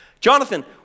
Jonathan